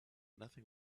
nothing